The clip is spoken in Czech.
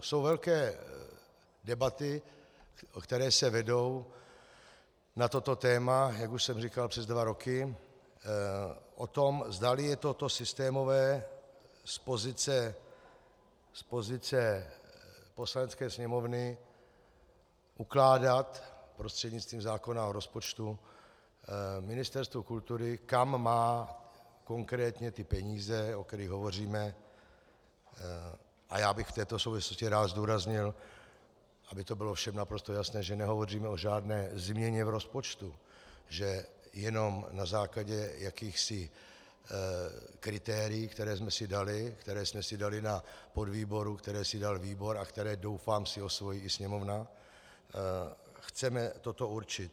Jsou velké debaty, které se vedou na toto téma, jak už jsem říkal, přes dva roky o tom, zdali je systémové z pozice Poslanecké sněmovny ukládat prostřednictvím zákona o rozpočtu Ministerstvu kultury, kam má konkrétně ty peníze, o kterých hovoříme a já bych v této souvislosti rád zdůraznil, aby to bylo všem naprosto jasné, že nehovoříme o žádné změně v rozpočtu, že jenom na základě jakýchsi kritérií, která jsme si dali na podvýboru, která si dal výbor a která, doufám, si osvojí i Sněmovna, chceme toto určit.